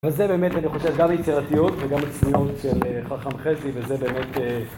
וזה באמת אני חושב גם יצירתיות וגם צניעות של חכם חזי וזה באמת